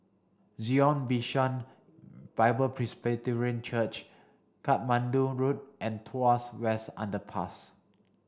Zion Bishan Bible Presbyterian Church Katmandu Road and Tuas West Underpass